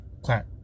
clap